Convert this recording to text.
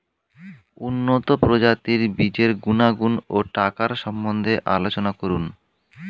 উন্নত প্রজাতির বীজের গুণাগুণ ও টাকার সম্বন্ধে আলোচনা করুন